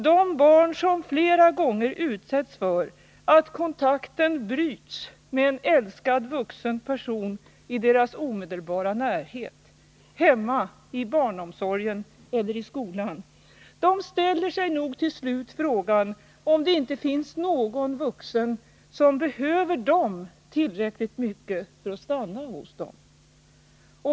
De barn som flera gånger utsätts för att kontakten bryts med en älskad vuxen person i deras omedelbara närhet — hemma, i barnomsorgen eller i skolan — ställer nog till slut frågan om det inte finns någon vuxen som behöver dem tillräckligt mycket för att stanna hos dem.